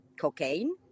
cocaine